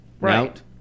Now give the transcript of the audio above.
Right